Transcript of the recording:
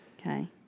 Okay